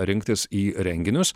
rinktis į renginius